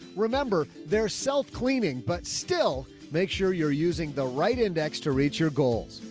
remember they're self-cleaning but still make sure you're using the right index to reach your goals.